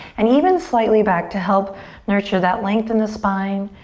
and even slightly back to help nurture that length in the spine.